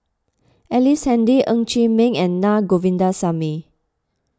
Ellice Handy Ng Chee Meng and Na Govindasamy